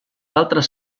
altres